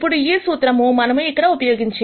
ఇప్పుడు ఈ సూత్రం మనము ఇక్కడ ఉపయోగించేది